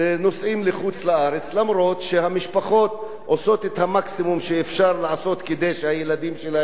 למרות שהמשפחות עושות את המקסימום שאפשר לעשות כדי שהילדים שלהן ילמדו,